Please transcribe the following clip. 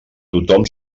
tothom